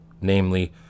namely